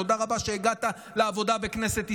תודה רבה שהגעת לעבודה בכנסת ישראל.